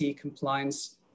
compliance